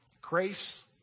Grace